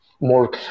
more